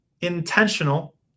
intentional